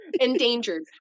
endangered